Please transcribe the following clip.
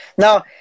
Now